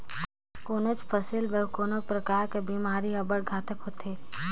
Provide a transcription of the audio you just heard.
कोनोच फसिल बर कोनो परकार कर बेमारी हर अब्बड़ घातक होथे